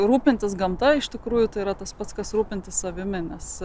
rūpintis gamta iš tikrųjų tai yra tas pats kas rūpintis savimi nes